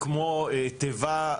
כמו תיבה,